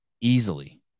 Easily